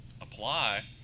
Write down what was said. apply